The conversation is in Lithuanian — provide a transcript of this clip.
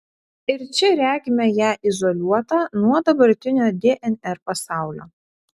ir čia regime ją izoliuotą nuo dabartinio dnr pasaulio